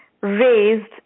raised